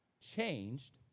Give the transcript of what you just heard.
changed